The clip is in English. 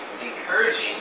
encouraging